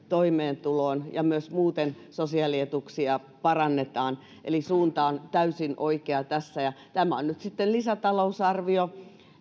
toimeentuloon ja myös muuten sosiaalietuuksia parannetaan eli suunta on täysin oikea tässä tämä on nyt sitten lisätalousarvio